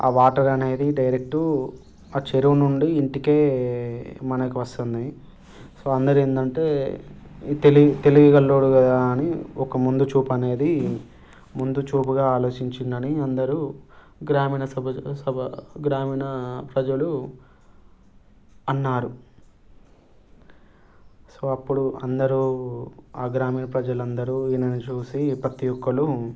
ఆ వాటర్ అనేది డైరెక్ట్ ఆ చెరువు నుండి ఇంటికే మనకు వస్తున్నాయి సో అందరు ఏంతంటే తెలివి తెలివిగల్లోడు కదా అని ఒక ముందు చూపు అనేది ముందు చూపుగా ఆలోచించిండని అందరూ గ్రామీణ సభ సభ గ్రామీణ ప్రజలు అన్నారు సో అప్పుడు అందరూ ఆ గ్రామీణ ప్రజలందరూ ఈయనని చూసి ప్రతి ఒక్కరు